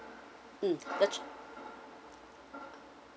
mm the